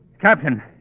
Captain